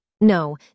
No